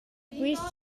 quist